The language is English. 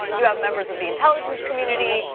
you have members of the intelligence community.